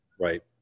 Right